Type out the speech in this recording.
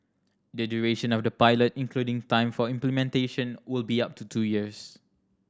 the duration of the pilot including time for implementation will be up to two years